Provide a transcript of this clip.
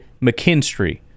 McKinstry